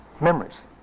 memories